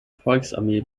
volksarmee